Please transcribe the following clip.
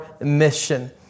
mission